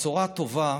הבשורה הטובה